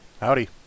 Howdy